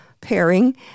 pairing